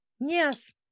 yes